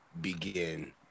begin